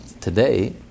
today